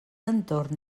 entorn